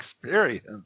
experience